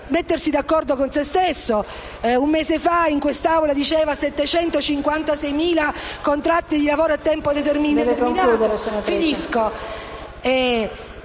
mettersi d'accordo con se stesso: un mese fa in quest'Aula parlava di 756.000 contratti di lavoro a tempo indeterminato.